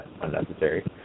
unnecessary